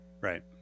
Right